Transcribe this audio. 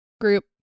group